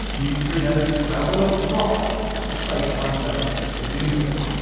neutrinos travel across the space-time fabric of the universe.